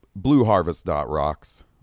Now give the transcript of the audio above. blueharvest.rocks